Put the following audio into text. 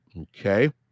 okay